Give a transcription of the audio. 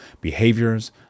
behaviors